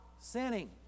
sinning